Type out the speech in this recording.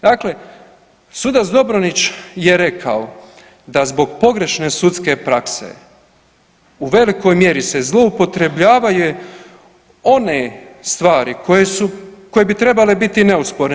Dakle, sudac Dobronić je rekao da zbog pogrešne sudske prakse u velikoj mjeri se zloupotrebljavaju one stvari koje bi trebale biti neosporne.